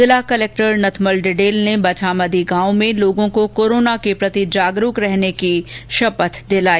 जिला कलेक्टर नथमल डिडेल ने बछामदी गांव में लोगों को कोरोना के प्रति जागरुक रहने की शपथ दिलाई